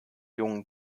jungen